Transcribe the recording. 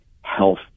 health